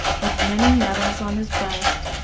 with many medals on his breast,